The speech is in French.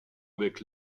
avec